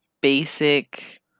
basic